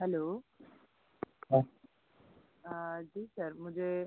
hello जी sir मुझे